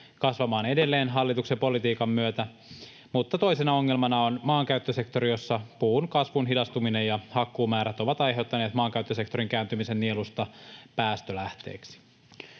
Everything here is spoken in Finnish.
kasvamaan edelleen hallituksen politiikan myötä. Mutta toisena ongelmana on maankäyttösektori, jossa puun kasvun hidastuminen ja hakkuumäärät ovat aiheuttaneet maankäyttösektorin kääntymisen nielusta päästölähteeksi.